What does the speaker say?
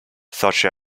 such